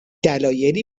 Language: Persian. دلایلی